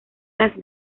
las